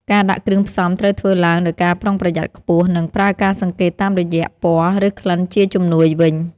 ការដាក់គ្រឿងផ្សំត្រូវធ្វើឡើងដោយការប្រុងប្រយ័ត្នខ្ពស់ និងប្រើការសង្កេតតាមរយៈពណ៌ ឬក្លិនជាជំនួយវិញ។